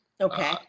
Okay